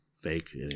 Fake